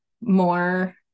more